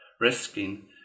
risking